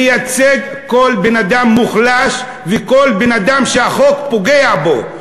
מייצג כל בן-אדם מוחלש וכל בן-אדם שהחוק פוגע בו,